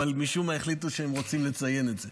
אבל משום מה החליטו שהם רוצים לציין את זה.